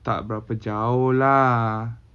tak berapa jauh lah